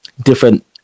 different